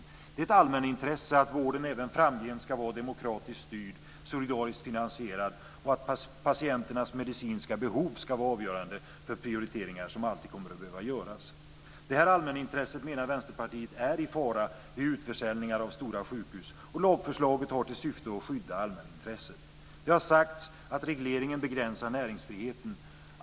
Det är ett allmänintresse att vården även framgent ska vara demokratiskt styrd, solidariskt finansierad och att patienternas medicinska behov ska vara avgörande för prioriteringar som alltid kommer att behöva göras. Det här allmänintresset, menar Vänsterpartiet, är i fara vid utförsäljningar av stora sjukhus, och lagförslaget har till syfte att skydda allmänintresset. Det har sagts att regleringen begränsar näringsfriheten.